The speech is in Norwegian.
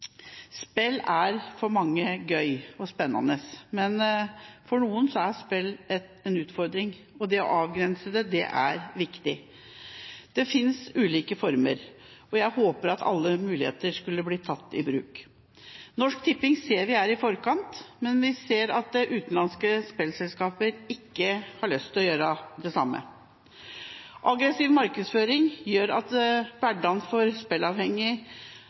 Spill er for mange gøy og spennende, men for noen er spill en utfordring, og det å avgrense det er viktig. Det finnes ulike former, og jeg håper at alle muligheter blir tatt i bruk. Vi ser at Norsk Tipping er i forkant, men vi ser at utenlandske spillselskaper ikke har lyst til å gjøre det samme. Aggressiv markedsføring gjør at hverdagen